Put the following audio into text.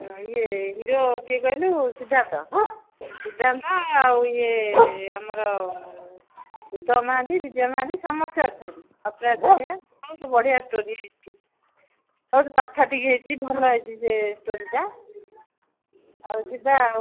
ଇଏ ହିରୋ କିଏ କହିଲୁ ସିଦ୍ଧାନ୍ତ ସିଦ୍ଧାନ୍ତ ଆଉ ଇଏ ଆମର ଉତ୍ତମ ମହାନ୍ତି ବିଜୟ ମହାନ୍ତି ସମସ୍ତେ ଅଛନ୍ତି ଅପରାଜିତା ବହୁତ ବଢ଼ିଆ ଷ୍ଟୋରି ହେଇଛି ବହୁତ ପାଠ ହେଇଛି ଭଲ ହେଇଛି ସେ ଷ୍ଟୋରି'ଟା ଆଉ ଯିବା ଆଉ